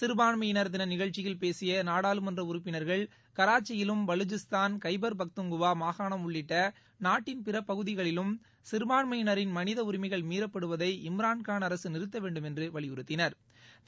சிறுபான்மையினா் தினநிகழ்ச்சியில் பேசியநாடாளுமன்றஉறுப்பினா்கள் கராச்சியிலும் பலுசிஸ்தான் கைபர் பக்துன்குவா மாகாணம் உள்ளிட்டநாட்டின் பிறபகுதிகளிலும் சிறுபான்மையினரின் மனிதஉரிமைகள் மீறப்படுவதை இம்ரான்கான் அரசுநிறுத்தவேண்டுமென்றுவலியுறுத்தினா்